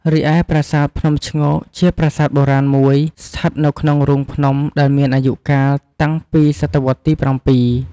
រីឯប្រាសាទភ្នំឈ្ងោក ជាប្រាសាទបុរាណមួយស្ថិតនៅក្នុងរូងភ្នំ ដែលមានអាយុកាលតាំងពីសតវត្សរ៍ទី៧។